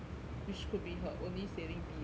which could be her only saving B actually